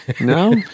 No